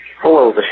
Hello